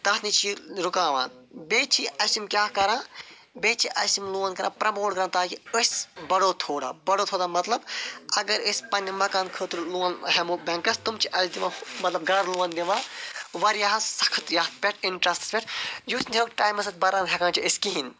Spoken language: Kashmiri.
تتھ نِش چھِ یہِ رُکاوان بیٚیہِ چھِ اَسہِ یِم کیٛاہ کَران بیٚیہِ چھِ اَسہِ یِم لون کَران پرٛیموٹ کَران تاکہِ أسۍ بَڈو تھوڑا بڈو تھوڑا مطلب اگر أسۍ پنٕنہِ مکان خٲطرٕ لون ہٮ۪مو بینٛکس تِم چھِ اَسہِ دِوان مطلب گر لون دِوان وارِیاہس سخت یَتھ پٮ۪ٹھ اِنٹرسٹس پٮ۪ٹھ یُس نہٕ أسۍ ٹایمس پٮ۪ٹھ بران ہٮ۪کان أسۍ چھِ کِہیٖنٛۍ